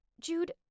Jude